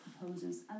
proposes